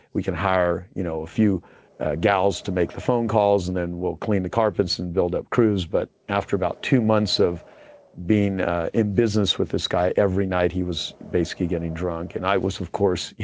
we can hire you know a few girls to make the phone calls and then we'll clean the carpets and build up cruise. but after about two months of being in business with this guy, every night he was basically getting drunk. and i was of course,